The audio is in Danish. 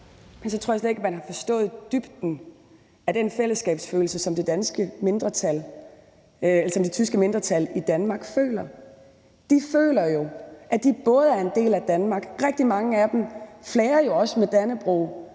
Men så tror jeg slet ikke, at man har forstået dybden af den fællesskabsfølelse, som det tyske mindretal i Danmark føler. De føler jo, at de er en del af Danmark. Rigtig mange af dem flager jo også med Dannebrog